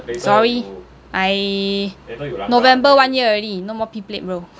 sorry I november one year already no more P plate bro